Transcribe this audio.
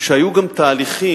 שהיו גם תהליכים